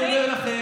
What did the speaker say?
אני אומר לכם,